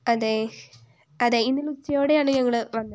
അതെ അതെ ഇന്നലെ ഉച്ചയോടെയാണ് ഞങ്ങൾ വന്നത്